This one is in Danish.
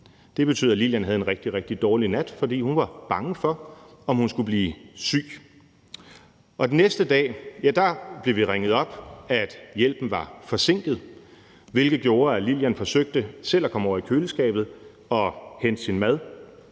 det betød, at Lillian havde en rigtig, rigtig dårlig nat, for hun var bange for, at hun skulle blive syg. Den næste dag blev vi ringet op om, at hjælpen var forsinket, hvilket gjorde, at Lillian forsøgte selv at komme over i køleskabet og hente sin mad.